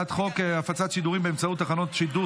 הצעת חוק הפצת שידורים באמצעות תחנות שידור